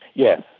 yes,